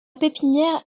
pépinière